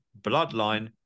bloodline